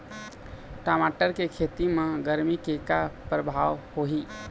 टमाटर के खेती म गरमी के का परभाव होही?